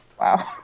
Wow